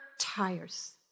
tires